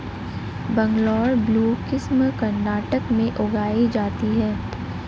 Bangalore blue किस्म कर्नाटक में उगाई जाती है